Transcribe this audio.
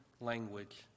language